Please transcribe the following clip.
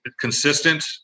consistent